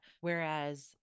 Whereas